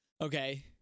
Okay